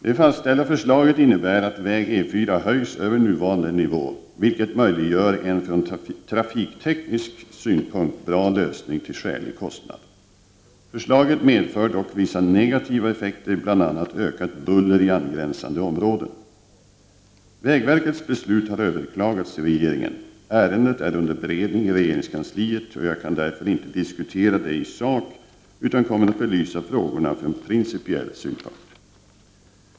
Det fastställda förslaget innebär att väg E4 höjs över nuvarande nivå, vilket möjliggör en från trafikteknisk synpunkt bra lösning till skälig kostnad. Förslaget medför dock vissa negativa effekter, bl.a. ökat buller i angränsande områden. Vägverkets beslut har överklagats till regeringen. Ärendet är under beredning i regeringskansliet, och jag kan därför inte diskutera det i sak utan kommer att belysa frågorna från principiell synpunkt.